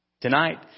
Tonight